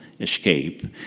escape